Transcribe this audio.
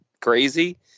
crazy